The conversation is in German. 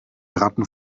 ratten